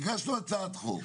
הגשנו הצעת חוק,